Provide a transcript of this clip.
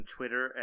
Twitter